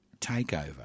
takeover